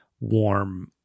warm